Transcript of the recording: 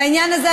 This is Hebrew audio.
בעניין הזה,